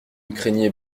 craignait